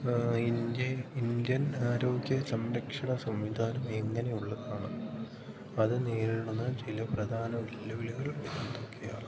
India Indian ആരോഗ്യ സംരക്ഷണ സംവിധാനം എങ്ങനെയുള്ളതാണ് അത് നേരിടുന്ന ചില പ്രധാന വെല്ലുവിളികൾ എന്തൊക്കെയാണ്